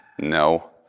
no